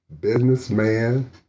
businessman